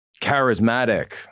charismatic